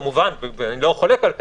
כמובן אני לא חולק על כך,